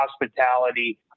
hospitality